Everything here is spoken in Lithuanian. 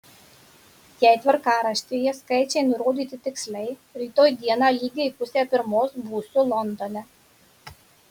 jei tvarkaraštyje skaičiai nurodyti tiksliai rytoj dieną lygiai pusę pirmos būsiu londone